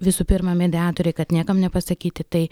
visų pirma mediatoriai kad niekam nepasakyti tai